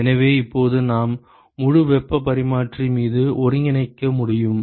எனவே இப்போது நாம் முழு வெப்பப் பரிமாற்றி மீது ஒருங்கிணைக்க முடியும்